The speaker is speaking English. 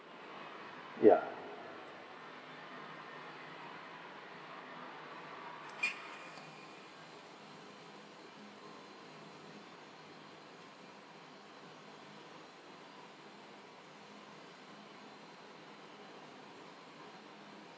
yeah